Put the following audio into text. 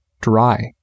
dry